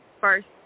First